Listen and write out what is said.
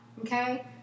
okay